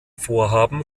vorhaben